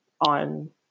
on